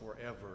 forever